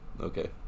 Okay